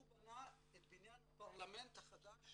הוא בנה את בניין הפרלמנט החדש